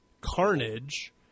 Carnage